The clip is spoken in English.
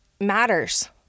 matters